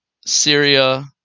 Syria